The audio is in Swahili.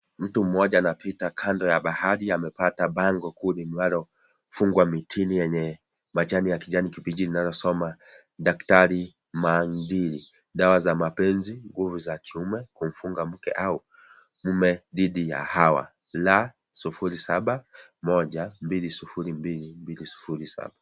Mtu mmoja anapita kando ya bahari amepata bango kuu ambalo limefungwa mitini lenye majani ya kijni kibichi inayosoma; daktari mandiri, dawa za mapezi, nguvu za kiume, kumfunga mke au mme dhidi ya hawala 071200207.